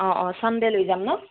অ' অ' ছানডে' লৈ যাম ন